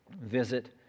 visit